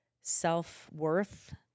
self-worth